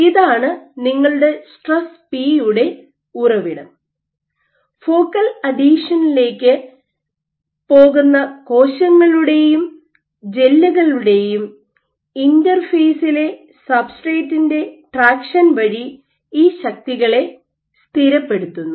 ഇതാണ് നിങ്ങളുടെ സ്ട്രെസ് പി യുടെ ഉറവിടം ഫോക്കൽ അ ഡീഹഷനിലേക്ക് പോകുന്ന പകരുന്ന കോശങ്ങളുടെയും ജെല്ലുകളുടെയും ഇന്റർഫേസിലെ സബ്സ്ട്രേറ്റിൻറെ ട്രാക്ഷൻ വഴി ഈ ശക്തികളെ സ്ഥിരപ്പെടുത്തുന്നു